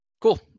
Cool